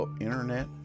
internet